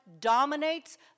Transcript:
dominates